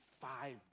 five